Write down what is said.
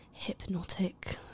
hypnotic